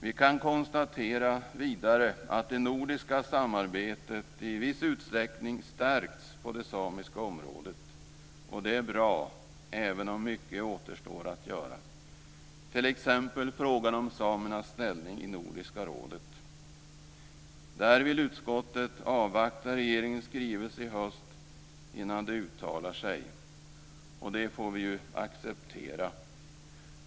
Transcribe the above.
Vi kan vidare konstatera att det nordiska samarbetet i viss utsträckning stärkts på det samiska området, och det är bra, även om mycket återstår att göra. Vi har t.ex. frågan om samernas ställning i Nordiska rådet. Där vill utskottet avvakta regeringens skrivelse i höst innan det uttalar sig, och det får vi acceptera.